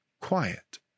quiet